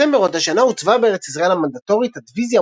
בספטמבר אותה שנה הוצבה בארץ ישראל המנדטורית הדיוויזיה